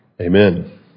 Amen